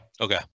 Okay